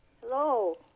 Hello